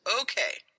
Okay